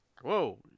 Whoa